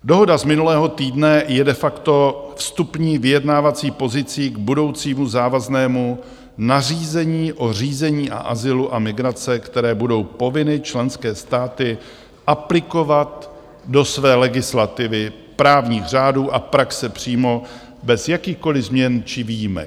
Dohoda z minulého týdne je de facto vstupní vyjednávací pozicí k budoucímu závaznému nařízení o řízení azylu a migrace, které budou povinny členské státy aplikovat do své legislativy, právních řádů a praxe přímo bez jakýchkoliv změn či výjimek.